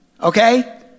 okay